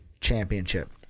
championship